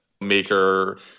maker